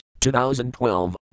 2012